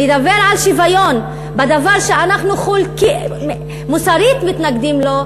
לדבר על שוויון בדבר שאנחנו מוסרית מתנגדים לו,